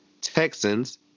Texans